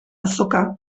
azoka